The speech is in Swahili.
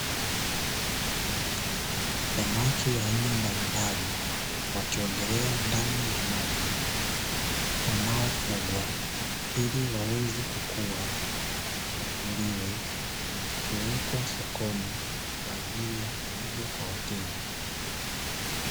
Samaki aina mbalimbali wakiogelea ndani ya maji, wanofugwa ili waweze kukua wavuliwe na kupelekwa sokoni kwaajili ya kuuzwa kwa wateja .